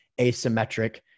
asymmetric